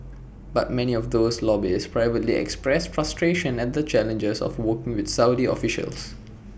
but many of those lobbyists privately express frustration at the challenges of working with Saudi officials